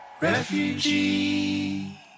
refugee